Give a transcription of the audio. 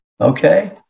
Okay